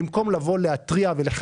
במקום לבוא ולהתריע מראש,